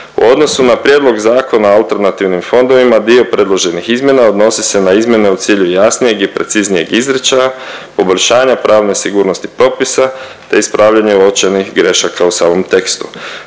U odnosu na prijedlog Zakona o alternativnim fondovima, dio predloženih izmjena odnosi se na izmjene u cilju jasnijeg i preciznijeg izričaja, poboljšanja pravne sigurnosti propisa te ispravljanje uočenih grešaka u samom tekstu.